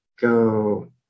go